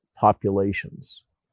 populations